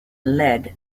led